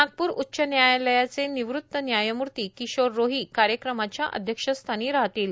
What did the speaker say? नागपूर उच्च न्यायालयाचे निवृत्त न्यायमूर्ती किशोर रोही कार्यक्रमाच्या अध्यक्षस्थानी राहतील